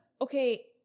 Okay